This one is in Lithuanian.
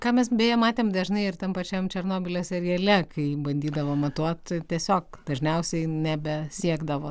ką mes beje matėm dažnai ir tam pačiam černobylio seriale kai bandydavo matuot tiesiog dažniausiai nebesiekdavo